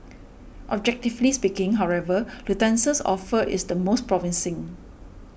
objectively speaking however Lufthansa's offer is the most promising